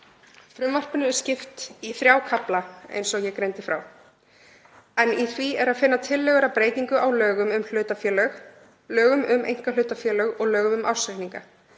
Frumvarpinu er skipt í þrjá kafla eins og ég greindi frá, en í því er að finna tillögur að breytingu á lögum um hlutafélög, lögum um einkahlutafélög og lögum um ársreikninga.